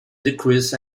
decrease